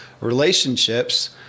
relationships